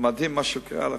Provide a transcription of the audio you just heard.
זה מדהים מה שקרה לאחרונה.